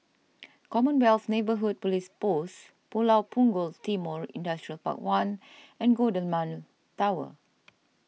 Commonwealth Neighbourhood Police Post Pulau Punggol Timor Industrial Park one and Golden Mile Tower